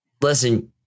Listen